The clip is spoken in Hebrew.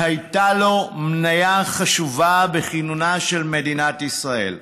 שהייתה לו מניה חשובה בכינונה של מדינת ישראל,